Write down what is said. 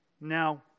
Now